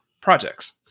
projects